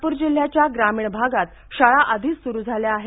नागपूर जिल्ह्याच्या ग्रामीण भागात शाळा आधीच सुरू झाल्या आहेत